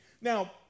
Now